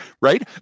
Right